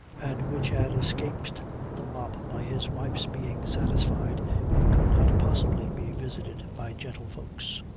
and which had escaped the mop by his wife's being satisfied it could not possibly be visited by gentle-folks.